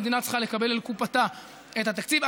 המדינה צריכה לקבל אל קופתה את התקציב.